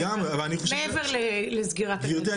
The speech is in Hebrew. מעבר לסגירת- - גברתי,